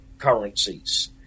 Currencies